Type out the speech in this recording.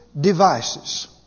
devices